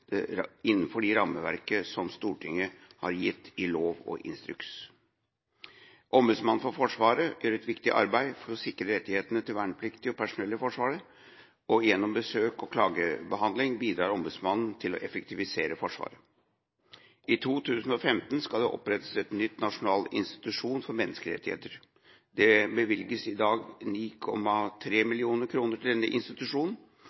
rammeverket som Stortinget har gitt i lov og instruks. Ombudsmannen for Forsvaret gjør et viktig arbeid for å sikre rettighetene til vernepliktige og personell i Forsvaret. Gjennom besøk og klagebehandling bidrar ombudsmannen til å effektivisere Forsvaret. I 2015 skal det opprettes en ny nasjonal institusjon for menneskerettigheter. Det bevilges i dag 9,3 mill. kr til denne institusjonen,